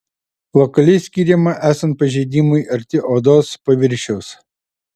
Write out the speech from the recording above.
lokaliai skiriama esant pažeidimui arti odos paviršiaus